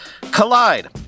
Collide